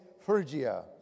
Phrygia